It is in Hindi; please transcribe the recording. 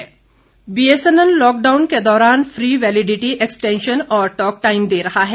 बीएसएनएल बीएसएनएल लॉकडाउन के दौरान फ्री वैलिडिटी एक्सटेंशन और टॉक टाइम दे रहा है